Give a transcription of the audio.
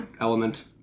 element